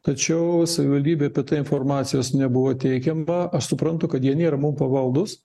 tačiau savivaldybei apie tai informacijos nebuvo teikiama aš suprantu kad jie nėra mum pavaldūs